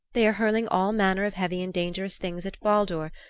they are hurling all manner of heavy and dangerous things at baldur,